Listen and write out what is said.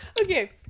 Okay